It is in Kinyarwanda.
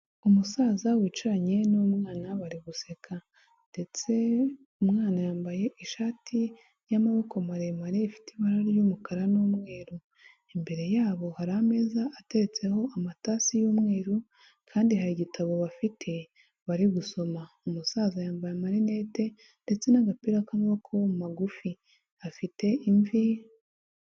Umusaza wicaranye n'umwana bari guseka, ndetse umwana yambaye ishati y'amaboko maremare ifite ibara ry'umukara n'umweru. Imbere yabo hari ameza ateretseho amatasi y'umweru, kandi hari igitabo bafite bari gusoma. Umusaza yambaye amarinete ndetse n'agapira k'amaboko magufi. Afite imvi